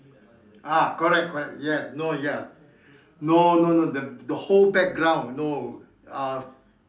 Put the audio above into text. ah correct correct yeah no ya no no no the the whole background no uh